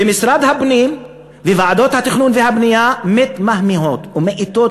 ומשרד הפנים וועדות התכנון והבנייה מתמהמהות או מאטות